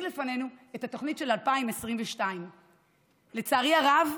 לפנינו את התוכנית של 2022. לצערי הרב,